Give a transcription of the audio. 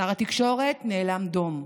שר התקשורת נאלם דום.